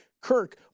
Kirk